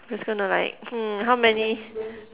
just gonna like hmm how many